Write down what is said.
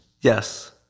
Yes